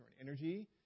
energy